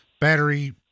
Battery